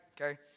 okay